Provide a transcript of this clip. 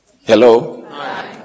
Hello